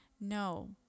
No